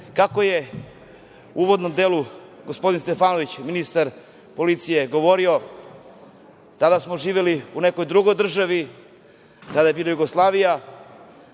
je u uvodnom delu gospodin Stefanović, ministar policije govorio, kada smo živeli u nekoj drugoj državi kada je bila Jugoslavija,